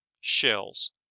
Shells